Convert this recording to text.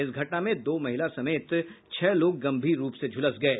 इस घटना में दो महिला समेत छह लोग गंभीर रूप से झुलस गये